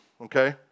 okay